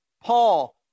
Paul